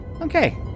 Okay